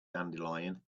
dandelion